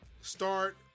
start